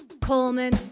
Coleman